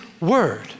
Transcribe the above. word